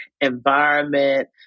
environment